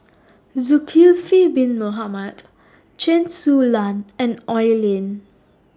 Zulkifli Bin Mohamed Chen Su Lan and Oi Lin